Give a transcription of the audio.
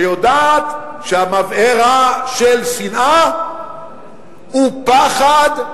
שיודעת שהמבער של שנאה הוא פחד.